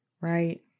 right